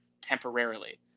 temporarily